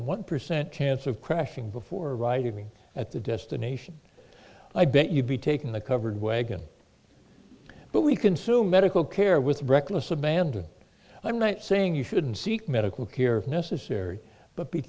a one percent chance of crashing before arriving at the destination i bet you'd be taking the covered wagon but we consume medical care with reckless abandon i'm not saying you shouldn't seek medical care if necessary but be